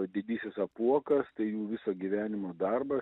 didysis apuokas tai jų visą gyvenimo darbas